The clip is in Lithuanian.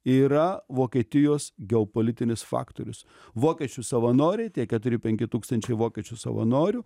yra vokietijos geopolitinis faktorius vokiečių savanoriai tie keturi penki tūkstančiai vokiečių savanorių